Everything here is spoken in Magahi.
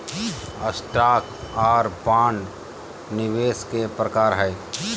स्टॉक आर बांड निवेश के प्रकार हय